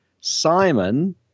Simon